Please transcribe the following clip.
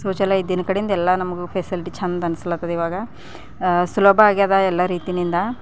ಶೌಚಾಲಯ ಇದ್ದಿದ್ದ ಕಡೆಯಿಂದ ಎಲ್ಲ ನಮಗೆ ಫೆಸಿಲಿಟಿ ಚೆಂದ ಅನ್ನಿಸ್ಲತ್ತದ ಇವಾಗ ಸುಲಭ ಆಗ್ಯದ ಎಲ್ಲ ರೀತಿಯಿಂದ